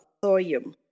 thorium